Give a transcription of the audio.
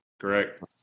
correct